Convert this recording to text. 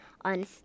on